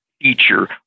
feature